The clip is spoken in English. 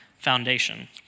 foundation